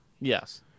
Yes